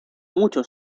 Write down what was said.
mucho